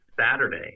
Saturday